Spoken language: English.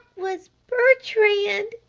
was bertrand!